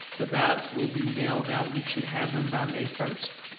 the ballots will be mailed out. you should have them by may first.